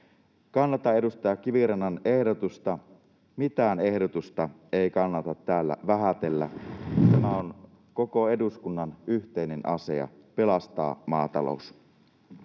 Kannatan edustaja Kivirannan ehdotusta. Mitään ehdotusta ei kannata täällä vähätellä. On koko eduskunnan yhteinen asia pelastaa maatalous.